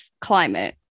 climate